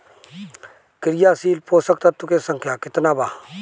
क्रियाशील पोषक तत्व के संख्या कितना बा?